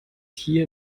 hier